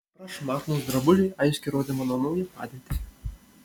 prašmatnūs drabužiai aiškiai rodė mano naują padėtį